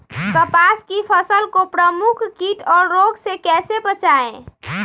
कपास की फसल को प्रमुख कीट और रोग से कैसे बचाएं?